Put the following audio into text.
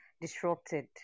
disrupted